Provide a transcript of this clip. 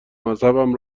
مذهبم